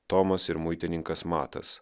tomas ir muitininkas matas